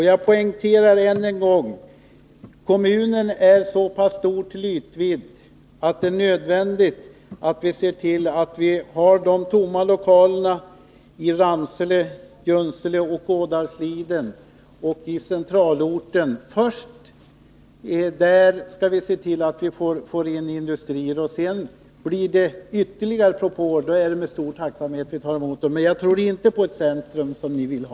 Jag poängterar än en gång att kommunen är så stor till ytvidden att det är nödvändigt att vi först ser till att få in industrier i de tomma lokalerna i Ramsele, Junsele och Ådalsliden samt på centralorten. Kommer det sedan ytterligare propåer är det med stor tacksamhet vi tar emot dem. Men jag tror inte på ett industricentrum, som ni vill ha.